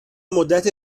مدت